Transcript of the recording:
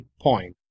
point